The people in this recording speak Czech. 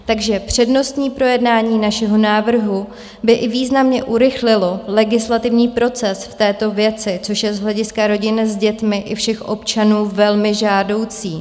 Takže přednostní projednání našeho návrhu by i významně urychlilo legislativní proces v této věci, což je z hlediska rodin s dětmi i všech občanů velmi žádoucí.